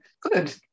good